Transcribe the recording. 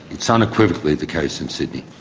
it's unequivocally the case in sydney.